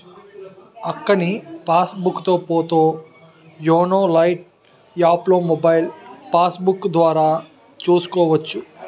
అక్కా నీ passbook పోతో యోనో లైట్ యాప్లో మొబైల్ పాస్బుక్కు ద్వారా చూసుకోవచ్చు